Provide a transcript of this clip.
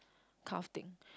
kind of thing